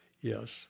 Yes